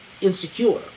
insecure